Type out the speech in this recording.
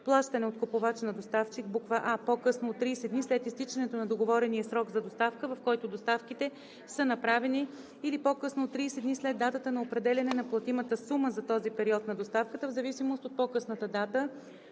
плащане от купувач на доставчик: а) по-късно от 30 дни след изтичането на договорения срок за доставка, в който доставките са направени, или по-късно от 30 дни след датата на определяне на платимата сума за този период на доставка, в зависимост от по-късната дата